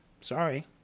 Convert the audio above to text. Sorry